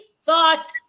thoughts